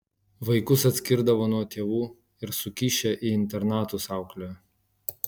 vaikus atskirdavo nuo tėvų ir sukišę į internatus auklėjo